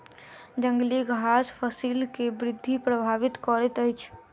जंगली घास फसिल के वृद्धि प्रभावित करैत अछि